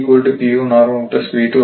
99 into 0 plus 0